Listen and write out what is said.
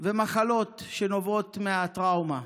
ומחלות שנובעות מהטראומה.